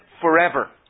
forever